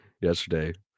yesterday